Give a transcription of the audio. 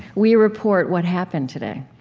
we report what happened today.